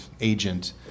agent